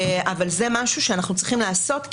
אבל זה משהו שאנחנו צריכים לעשות,